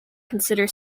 consider